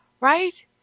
Right